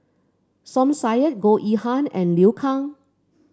Som Said Goh Yihan and Liu Kang